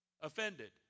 offended